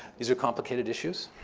these are complicated issues,